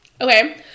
Okay